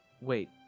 Wait